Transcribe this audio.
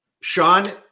Sean